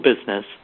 business